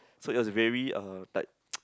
so it was very uh like